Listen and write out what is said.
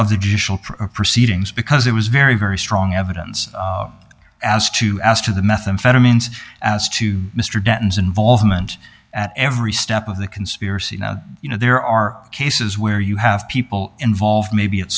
of the judicial proceedings because it was very very strong evidence as to as to the methamphetamines as to mr denton's involvement at every step of the conspiracy now you know there are cases where you have people involved maybe a